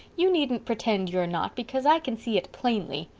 you needn't pretend you're not, because i can see it plainly.